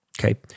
okay